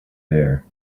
there